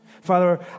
Father